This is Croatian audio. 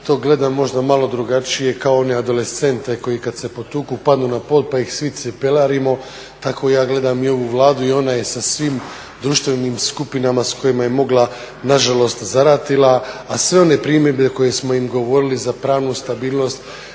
to gledam možda malo drugačije, kao … koji kad se potuku padnu na pod pa ih svi cipelarimo, tako ja gledam i ovu Vladu i ona je sa svim društvenim skupinama s kojima je mogla nažalost zaratila, a sve one primjedbe koje smo im govorili za pravnu stabilnost,